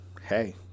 hey